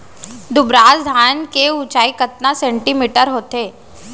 दुबराज धान के ऊँचाई कतका सेमी होथे?